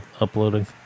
uploading